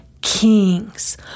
kings